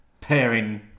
pairing